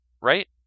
Right